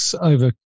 over